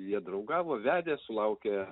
jie draugavo vedė sulaukė